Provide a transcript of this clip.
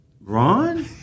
Ron